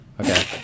Okay